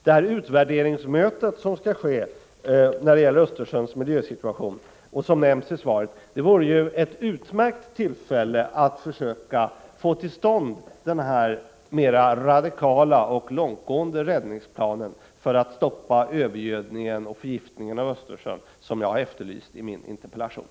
Det utvärderingsmöte som skall ske om Östersjöns miljösituation och som nämns i svaret vore ju ett utmärkt tillfälle att försöka få till stånd den mera radikala och långtgående räddningsplan för att stoppa övergödningen och förgiftningen av Östersjön som jag har efterlyst i min interpellation.